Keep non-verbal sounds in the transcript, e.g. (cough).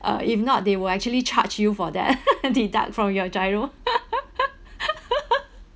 uh if not they will actually charge you for that (laughs) deduct from your GIRO (laughs)